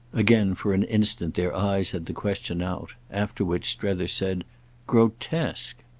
again for an instant their eyes had the question out after which strether said grotesque!